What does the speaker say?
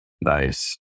Nice